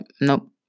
nope